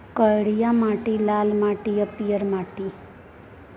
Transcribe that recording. करिया माटि, लाल माटि आ पीयर माटि